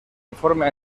informe